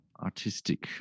artistic